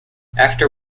after